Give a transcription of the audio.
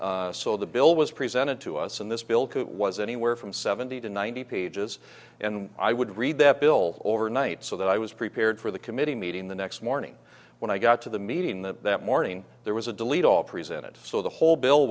all so the bill was presented to us in this bill who was anywhere from seventy to ninety pages and i would read that bill over night so that i was prepared for the committee meeting the next morning when i got to the meeting that that morning there was a delete all presented so the whole bill